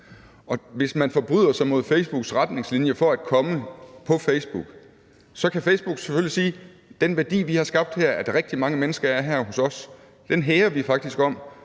Hvis man forbryder sig mod Facebooks retningslinjer for at komme på Facebook, så kan Facebook selvfølgelig sige: Den værdi, vi har skabt her, nemlig at rigtig mange mennesker er her hos os, hæger vi faktisk om.